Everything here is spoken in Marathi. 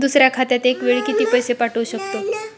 दुसऱ्या खात्यात एका वेळी किती पैसे पाठवू शकतो?